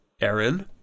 Aaron